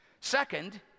second